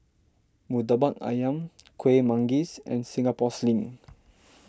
Murtabak Ayam Kuih Manggis and Singapore Sling